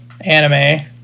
anime